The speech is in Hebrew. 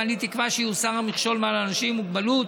ואני תקווה שיוסר המכשול מעל אנשים עם מוגבלות